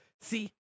See